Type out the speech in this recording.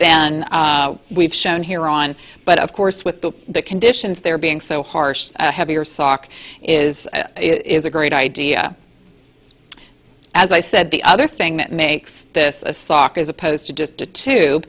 then we've shown here on but of course with the conditions they're being so harsh heavier sock is is a great idea as i said the other thing that makes this a sock as opposed to just t